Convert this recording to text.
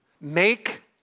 Make